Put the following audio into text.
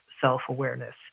self-awareness